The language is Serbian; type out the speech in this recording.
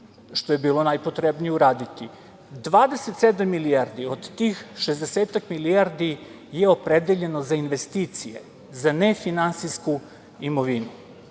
što je bilo najpotrebnije uraditi. Dakle, 27 milijardi od tih 60-ak milijardi je opredeljeno za investicije, za nefinansijsku imovinu,